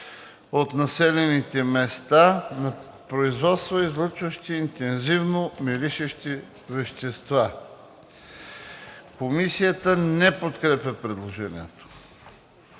от населените места на производства, излъчващи интензивно миришещи вещества.“ Комисията не подкрепя предложението.